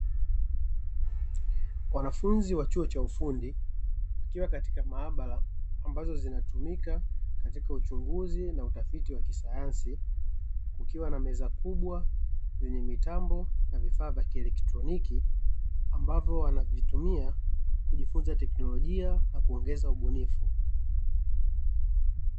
Wanafunzi wa chuo cha ufundi wakiwa katika maabara, ambazo zinatumika katika uchunguzi na utafiti wa kisayansi, kukiwa na meza kubwa zenye mitambo na vifaa vya kielektroniki, ambavyo wanavitumia kujifunza teknolojia na kuongeza ubunifu.